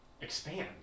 expand